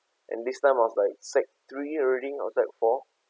and this time I was like sec three or sec four